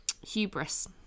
Hubris